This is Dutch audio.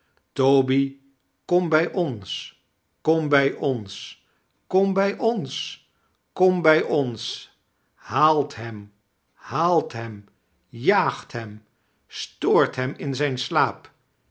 toby kom bij ons kom bij ons kom bij ons kom bij ons haalt hem haalt hem jaagt hem stoort hem in zijn slaap